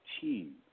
team